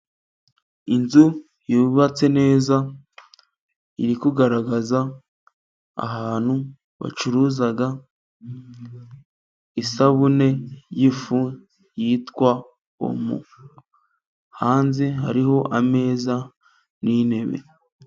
Inzu yubatse neza iri kugaragaza ahantu bacuruza isabune y ifu yitwa omo, hanze hariho ameza nintebe.